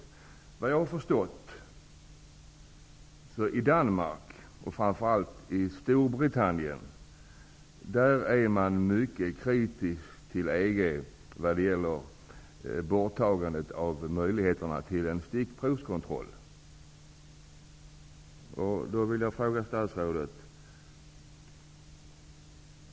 Såvitt jag har förstått är man i Danmark, och framför allt i Storbritannien, mycket kritisk till EG när det gäller borttagandet av möjligheterna till en stickprovskontroll.